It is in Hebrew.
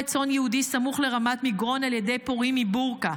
צאן יהודי סמוך לרמת מגרון על ידי פורעים מבורקה,